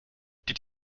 did